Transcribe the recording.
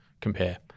compare